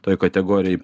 toj kategorijoj